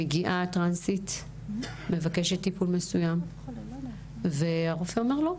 אם מגיעה טרנסית ומבקשת טיפול מסוים והרופא מסרב.